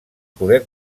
poder